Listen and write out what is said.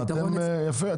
יפה.